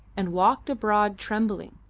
and walked abroad trembling,